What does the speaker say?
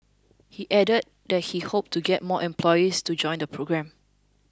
he added that he hoped to get more employees to join the programme